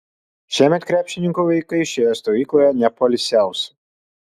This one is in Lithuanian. šiemet krepšininko vaikai šioje stovykloje nepoilsiaus